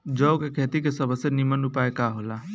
जौ के खेती के सबसे नीमन उपाय का हो ला?